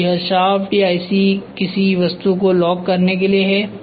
तो यह शाफ्ट या ऐसी किसी वस्तु को लॉक करने के लिए है